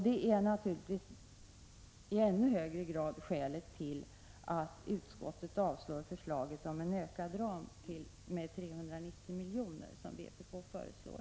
Det är naturligtvis i ännu högre grad skälet till att utskottet avstyrker förslaget om en ökad ram med 390 miljoner, som vpk föreslår.